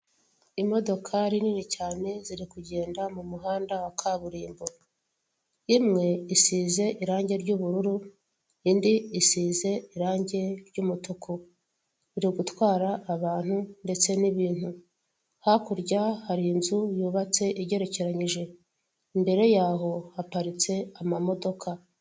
Imodokari nini cyane ziri kugenda mu muhanda wa kaburimbo, imwe isize irange ry'ubururu, indi isize irange ry'umutuku, biri gutwara abantu ndetse n'ibintu, hakurya hari inzu yubatse igerekeranyije.